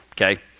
okay